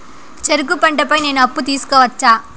చెరుకు పంట పై నేను అప్పు తీసుకోవచ్చా?